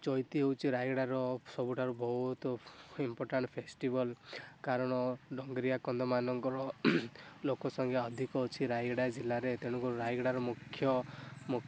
ଚଈତି ହଉଛି ରାୟଗଡ଼ାର ସବୁଠାରୁ ବହୁତ ଇମ୍ପୋର୍ଟାଣ୍ଟ ଫେଷ୍ଟିବାଲ କାରଣ ଡଙ୍ଗରିୟା କନ୍ଧ ମାନଙ୍କର ଲୋକସଂଖ୍ୟା ଅଧିକ ଅଛି ରାୟଗଡ଼ା ଜିଲ୍ଲାରେ ତେଣୁ କରି ରାୟଗଡ଼ାର ମୁଖ୍ୟ ମୁଖ୍ୟ